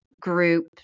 group